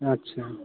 আচ্ছা